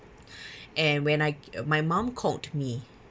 and when I my mum called me